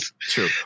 true